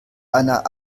einer